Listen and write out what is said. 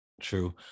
true